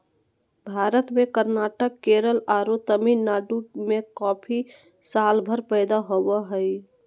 भारत में कर्नाटक, केरल आरो तमिलनाडु में कॉफी सालभर पैदा होवअ हई